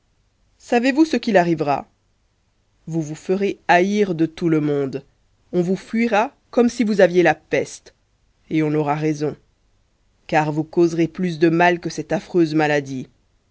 savez-vous ce qu'il en arrivera vous vous ferez haïr de tout le monde on vous fuira comme si vous aviez la peste et on aura raison car vous causerez plus de mal que cette affreuse maladie